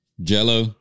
Jell-O